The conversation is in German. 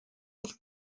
durch